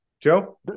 Joe